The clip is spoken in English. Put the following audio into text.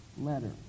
letter